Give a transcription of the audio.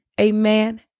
Amen